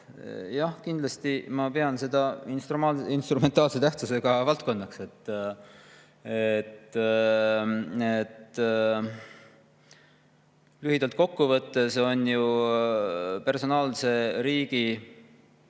Jah, kindlasti ma pean seda instrumentaalse tähtsusega valdkonnaks. Lühidalt kokkuvõttes on ju personaalse riigi